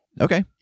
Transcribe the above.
Okay